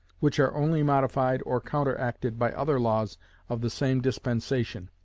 which are only modified or counteracted by other laws of the same dispensation,